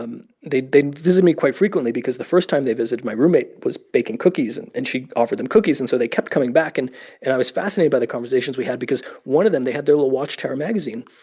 um they'd they'd visit me quite frequently because the first time they visited, my roommate was baking cookies, and and she offered them cookies, and so they kept coming back. and and i was fascinated by the conversations we had because one of them they had their little watchtower magazine,